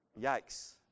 yikes